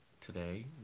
today